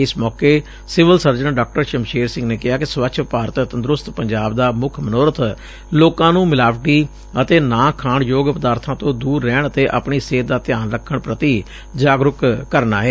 ਇਸ ਮੌਕੇ civil surgeon ਡਾ ਸਮਸ਼ੇਰ ਸਿੰਘ ਨੇ ਕਿਹਾ ਕਿ ਸਵੱਛ ਭਾਰਤ ਤੰਦਰਸਤ ਪੰਜਾਬ ਦਾ ਮੱਖ ਮਨੋਰਥ ਲੋਕਾ ਨੇ ਮਿਲਾਵਟੀ ਅਤੇ ਨਾ ਖਾਣਯੋਗ ਪਦਾਰਬਾਂ ਤੋਂ ਦਰ ਰਹਿਣ ਅਤੇ ਆਪਣੀ ਸਿਹਤ ਦਾ ਧਿਆਨ ਰੱਖਣ ਪ੍ਰਤੀ ਜਾਗਰੁਕ ਕਰਨਾ ਏ